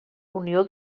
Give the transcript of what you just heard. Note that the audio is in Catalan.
unió